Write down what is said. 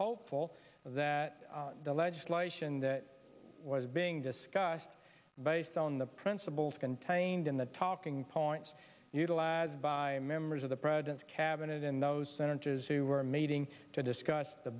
hopeful that the legislation that was being discussed based on the principles contained in the talking points utilized by members of the president's cabinet and those senators who were meeting to discuss the